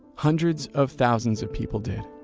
hundreds of thousands of people did.